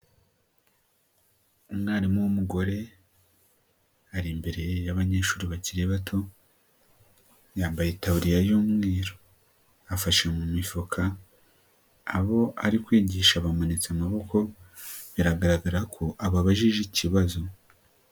Umwarimu w'umugore, ari imbere y'abanyeshuri bakiri bato, yambaye itaburiya y'umweru, afashe mu mifuka, abo ari kwigisha bamanitse amaboko, biragaragara ko ababajije ikibazo.